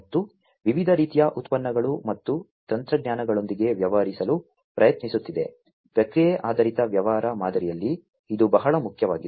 ಮತ್ತು ವಿವಿಧ ರೀತಿಯ ಉತ್ಪನ್ನಗಳು ಮತ್ತು ತಂತ್ರಜ್ಞಾನಗಳೊಂದಿಗೆ ವ್ಯವಹರಿಸಲು ಪ್ರಯತ್ನಿಸುತ್ತಿದೆ ಪ್ರಕ್ರಿಯೆ ಆಧಾರಿತ ವ್ಯವಹಾರ ಮಾದರಿಯಲ್ಲಿ ಇದು ಬಹಳ ಮುಖ್ಯವಾಗಿದೆ